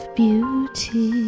beauty